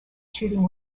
shooting